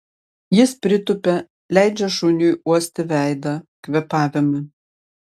jis pritupia leidžia šuniui uosti veidą kvėpavimą